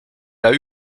elle